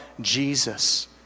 Jesus